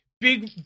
Big